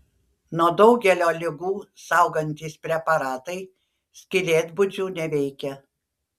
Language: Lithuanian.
nuo daugelio ligų saugantys preparatai skylėtbudžių neveikia